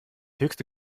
höchste